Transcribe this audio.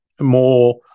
more